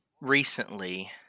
recently